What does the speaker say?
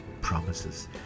promises